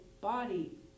body